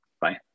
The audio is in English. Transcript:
Bye